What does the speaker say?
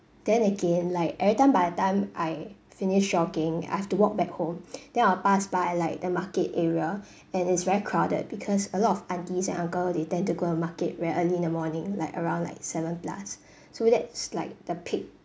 then again like every time by the time I finish jogging I have to walk back home then I'll pass by like the market area and it's very crowded because a lot of aunties and uncle they tend to go the market very early in the morning like around like seven plus so that's like the peak